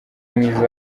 mwiza